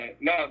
no